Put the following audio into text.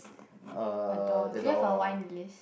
uh the door